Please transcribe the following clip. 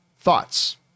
thoughts